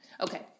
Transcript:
Okay